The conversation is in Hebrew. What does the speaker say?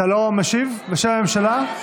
אתה לא משיב בשם הממשלה?